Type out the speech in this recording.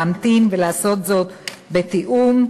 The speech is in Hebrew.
להמתין ולעשות זאת בתיאום.